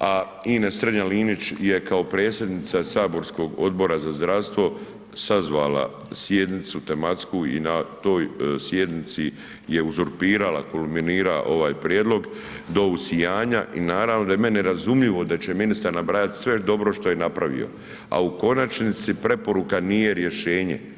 a Ines Strenja Linić je kao predsjednica saborskog Odbora za zdravstvo sazvala sjednicu tematsku i na toj sjednici je uzurpirala, kulminira ovaj prijedlog do usijanja i naravno da je meni razumljivo da će ministar nabrajat sve dobro šta je napravio, a u konačnici preporuka nije rješenje.